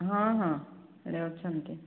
ହଁ ହଁ ଆଡ଼େ ଅଛନ୍ତି